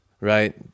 right